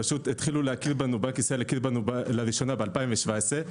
בנק ישראל הכיר בנו לראשונה ב-2017.